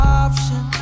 option